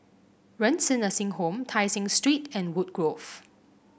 Renci Nursing Home Tai Seng Street and Woodgrove